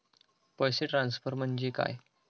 पैसे ट्रान्सफर म्हणजे काय?